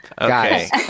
Okay